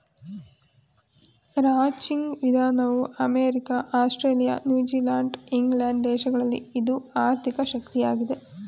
ranching ವಿಧಾನವು America, Australia, New Zealand England ದೇಶಗಳಲ್ಲಿ ಇದು ಆರ್ಥಿಕ ಶಕ್ತಿಯಾಗಿದೆ